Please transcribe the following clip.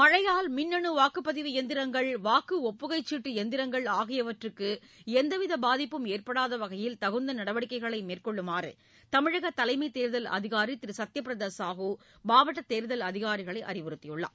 மின்னணுவாக்குப்பதிவு எந்திரங்கள் வாக்குஒப்புகைச் சீட்டுஎந்திரங்கள் ஆகியவற்றுக்கு மழையால் எந்தவிதபாதிப்பும் ஏற்படாதவகையில் தகுந்தநடவடிக்கைகளைமேற்கொள்ளுமாறுதமிழகதலைமைதேர்தல் அதிகாரிதிருசத்யபிரதாசாஹூ மாவட்டதேர்தல் அதிகாரிகளைஅறிவுறுத்தியுள்ளார்